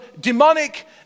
demonic